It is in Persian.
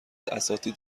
اساتید